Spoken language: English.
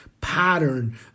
pattern